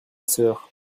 sœur